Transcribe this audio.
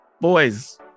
Boys